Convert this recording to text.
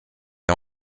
est